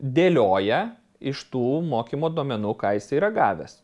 dėlioja iš tų mokymo duomenų ką jisai yra gavęs